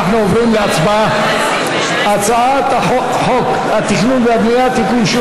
אנחנו עוברים להצבעה על הצעת חוק התכנון והבנייה (תיקון,